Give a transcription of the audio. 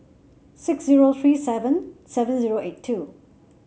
six zero three seven seven zero eight two